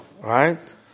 right